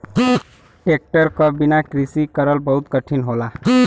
tractor क बिना कृषि करल बहुत कठिन होला